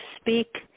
speak